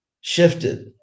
shifted